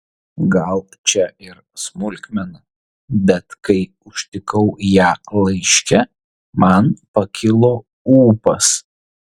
gal čia ir smulkmena bet kai užtikau ją laiške man pakilo ūpas